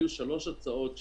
היו שלוש הצעות,